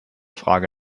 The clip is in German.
frage